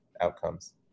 outcomes